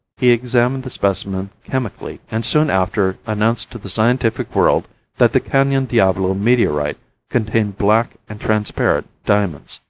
he examined the specimen chemically, and soon after announced to the scientific world that the canyon diablo meteorite contained black and transparent diamonds.